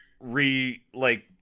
re-like